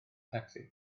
tacsi